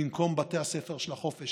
במקום בתי הספר של החופש,